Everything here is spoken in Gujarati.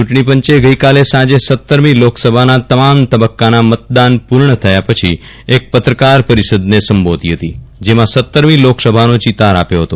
ચુંટણીપંચે ગઈકાલે સાંજે સતરમી લોકસભાનાં તમામ તબ્બકાના મતદાન પૂર્ણ થયા પછી એક પત્રકાર પરિષદ ને સંબોધી ફતી જેમાં સતરમી લોકસભા નો ચિતાર આપ્યો ફતો